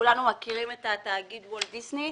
כולנו מכירים את התאגיד וולט דיסני.